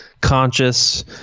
conscious